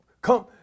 come